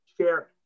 share